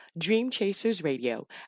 dreamchasersradio